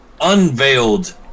unveiled